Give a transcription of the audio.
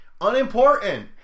Unimportant